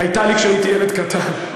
הייתה לי כשהייתי ילד קטן,